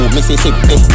Mississippi